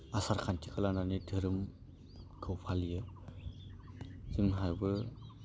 आसार खान्थिखौ लानानै दोरोमखौ फालियो जोंहाबो